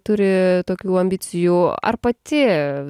turi tokių ambicijų ar pati